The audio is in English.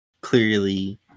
clearly